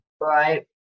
Right